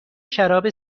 شراب